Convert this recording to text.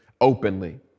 openly